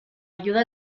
ayuda